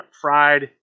Fried